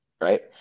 Right